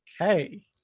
Okay